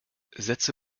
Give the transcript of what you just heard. setze